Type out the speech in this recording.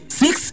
six